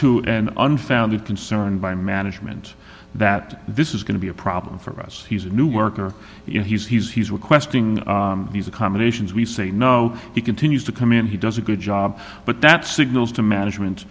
to an unfounded concern by management that this is going to be a problem for us he's a new worker you know he's he's he's requesting these accommodations we say no he continues to come in he does a good job but that signals to management